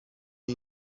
اون